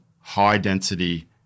high-density